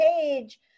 page